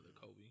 Kobe